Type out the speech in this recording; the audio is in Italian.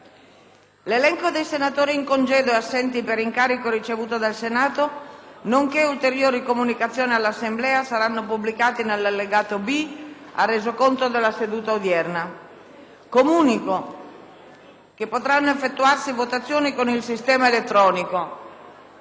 L'elenco dei senatori in congedo e assenti per incarico ricevuto dal Senato nonché ulteriori comunicazioni all'Assemblea saranno pubblicati nell'allegato B al Resoconto della seduta odierna. Preannunzio di votazioni mediante procedimento elettronico